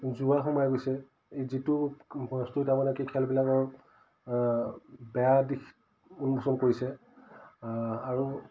জোৱা সোমাই গৈছে এই যিটো বস্তু তাৰমানে কি খেলবিলাকৰ বেয়া দিশ উন্মোচন কৰিছে আৰু